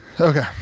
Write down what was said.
Okay